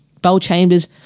Bellchambers